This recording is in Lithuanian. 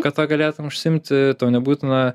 kad tą galėtum užsiimti tau nebūtina